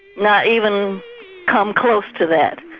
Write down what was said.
not even come close to that.